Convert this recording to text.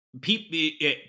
people